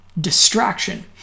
distraction